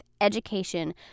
education